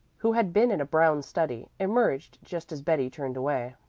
who had been in a brown study, emerged, just as betty turned away.